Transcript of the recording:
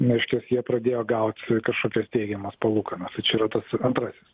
reiškias jie pradėjo gaut kažkokias teigiamas palūkanas o čia yra tas antrasis